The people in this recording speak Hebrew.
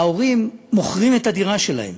ההורים מוכרים את הדירה שלהם